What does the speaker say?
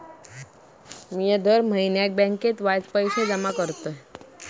मिया दर म्हयन्याक बँकेत वायच पैशे जमा करतय